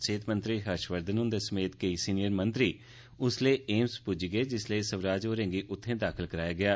सेह्त मंत्री हर्षवर्धन होंदे समेत केई वरिष्ठ मंत्री उसलै एम्स पुज्जी गे जेल्लै स्वराज होरें गी उत्थें दाखल कराया गेआ